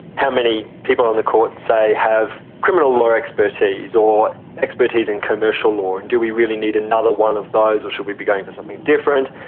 how many people on the court, say, have criminal law expertise or expertise in commercial law, and do we really need another one of those, or should we be going for something different?